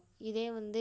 இதே வந்து